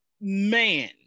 Man